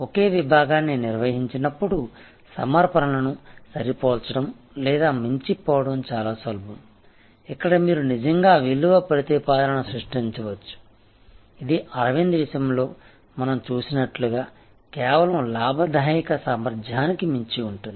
ఒకే విభాగాన్ని నిర్వహించినప్పుడు సమర్పణలను సరిపోల్చడం లేదా మించిపోవటం చాలా సులభం ఇక్కడ మీరు నిజంగా విలువ ప్రతిపాదనను సృష్టించవచ్చు ఇది అరవింద్ విషయంలో మనం చూసినట్లుగా కేవలం లాభదాయక సామర్థ్యానికి మించి ఉంటుంది